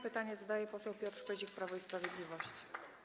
Pytanie zadaje poseł Piotr Pyzik, Prawo i Sprawiedliwość.